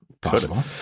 possible